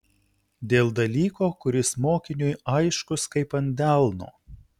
dėl dalyko kuris mokiniui aiškus kaip ant delno